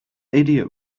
idiot